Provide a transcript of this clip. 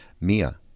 Mia